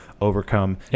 overcome